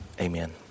Amen